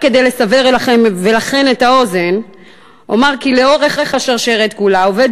רק כדי לסבר את האוזן אומר כי לאורך השרשרת כולה אובד